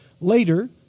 Later